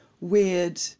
weird